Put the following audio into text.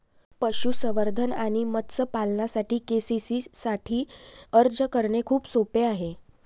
पशुसंवर्धन आणि मत्स्य पालनासाठी के.सी.सी साठी अर्ज करणे खूप सोपे आहे